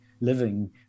living